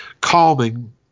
calming